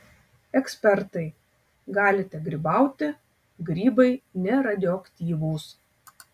ekspertai galite grybauti grybai neradioaktyvūs